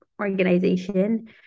organization